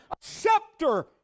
scepter